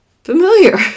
Familiar